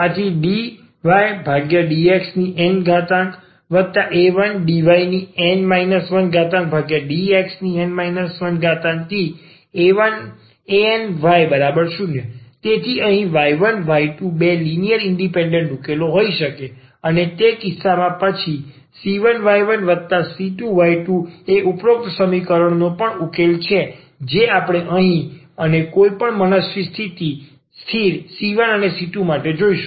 dnydxna1dn 1ydxn 1any0 તેથી અહીં y1y2 બે લિનિયર ઇન્ડિપેન્ડન્ટ ઉકેલો હોઈ શકે છે અને તે કિસ્સામાં પછી c1y1c2y2એ ઉપરોક્ત સમીકરણ નો પણ એક ઉકેલો છે જે આપણે અહીં અહીં અને કોઈપણ મનસ્વી સ્થિર c1 અને c2 માટે જોશું